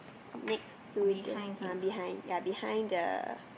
next to the uh behind ya behind the